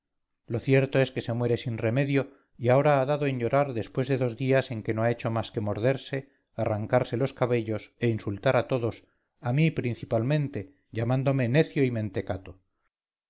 lo cierto es que se muere sin remedio y ahora ha dado en llorar después de dos días en que no ha hecho más que morderse arrancarse los cabellos e insultar a todos a mí principalmente llamándome necio y mentecato